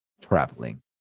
traveling